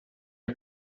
are